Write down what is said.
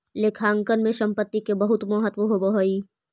लेखांकन में संपत्ति के बहुत महत्व होवऽ हइ